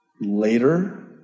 later